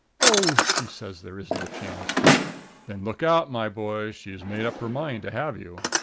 oh, she says there isn't a chance. but then look out, my boy! she's made up her mind to have you.